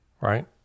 right